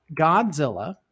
Godzilla